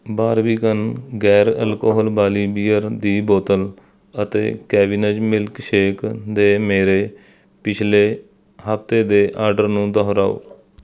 Barbican ਗੈਰ alcohol ਵਾਲੀ beer ਦੀ ਬੋਤਲ ਅਤੇ ਕੈਵਿਨਜ਼ ਮਿਲਕ ਸ਼ੇਕ ਦੇ ਮੇਰੇ ਪਿਛਲੇ ਹਫਤੇ ਦੇ ਆਰਡਰ ਨੂੰ ਦੁਹਰਾਓ